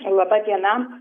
laba diena